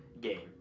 game